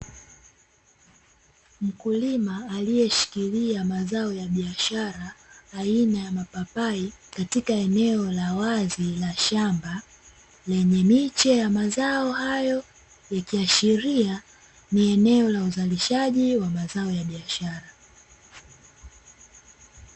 Mkulima aliyeshikilia mazao ya biashara aina ya mapapai katika eneo la wazi la shamba, lenye miche ya mazao hayo, ikiashiria ni eneo la uzalishaji wa mazao ya biashara.